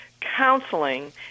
counseling